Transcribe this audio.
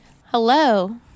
Hello